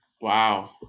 Wow